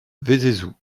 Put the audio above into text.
vézézoux